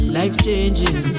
life-changing